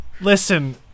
Listen